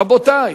יישר כוח.